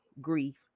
grief